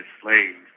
slaves